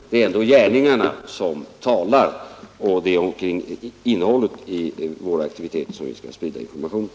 Det är ändå gärningarna som talar, och det är omkring innehållet i våra aktiviteter som vi skall sprida informationen.